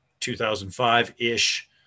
2005-ish